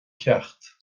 ceacht